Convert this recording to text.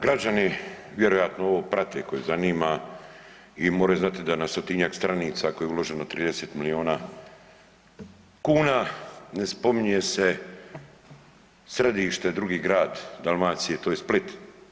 Građani vjerojatno ovo prate koje zanima i moraju znati da na 100-tinjak stranica u koje je uloženo 30 miliona kuna ne spominje se središte drugi grad Dalmacije to je Split.